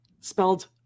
spelled